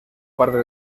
parte